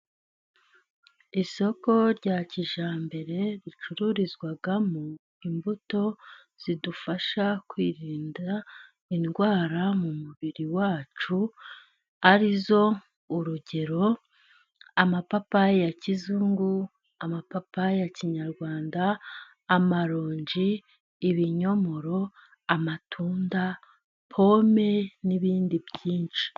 Isoko rya kijyambere ricururizwamo imbuto zidufasha kwirinda indwara mu mubiri wacu ari zo urugero: amapapayi ya kizungu, amapapayi ya kinyarwanda, amaronji, ibinyomoro, amatunda, pome n' ibindi byinshi.